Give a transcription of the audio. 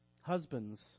Husbands